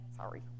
sorry